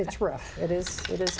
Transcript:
it's rough it is it is